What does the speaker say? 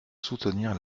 soutenir